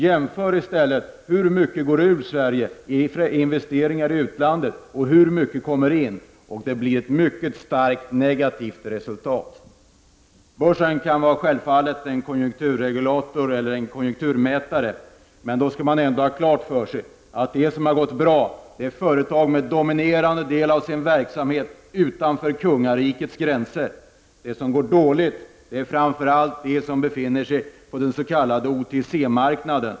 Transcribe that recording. Jämför i stället hur mycket i form av investeringar som går ur landet med hur mycket investeringar som kommer in i landet. Resultatet blir mycket starkt negativt. Börsen kan självfallet vara en konjunkturregulator eller en konjunkturmätare. Men vi skall ha klart för oss att det är företag med en dominerande del av sin verksamhet utanför kungarikets gränser som har gått bra. De företag som går dåligt är framför allt de som befinner sig på den s.k. OTC-marknaden.